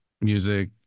music